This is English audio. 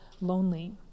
lonely